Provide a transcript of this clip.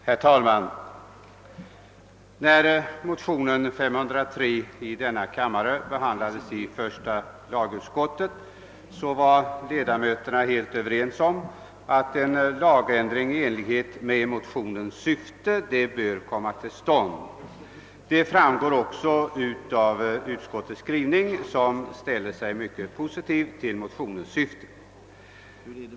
Herr talman! När motionen II: 503 behandlades i första lagutskottet var ledamöterna helt överens om att en lagändring i enlighet med motionens syfte borde komma till stånd. Det framgår också av utskottets skrivning, som är mycket 'positiv till motionens syfte.